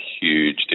huge